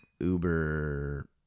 uber